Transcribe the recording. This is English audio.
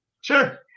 Sure